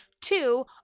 Two